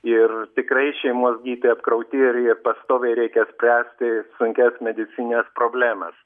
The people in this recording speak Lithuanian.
ir tikrai šeimos gydytojai apkrauti ir ir pastoviai reikia spręsti sunkias medicinines problemas